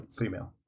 Female